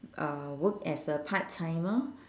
uh work as a part timer